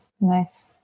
Nice